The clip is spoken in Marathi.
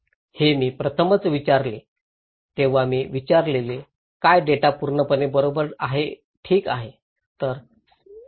हे मी प्रथमच विचारले तेव्हा मी विचारले काय डेटा पूर्णपणे बरोबर आहे ठीक आहे